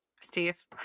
Steve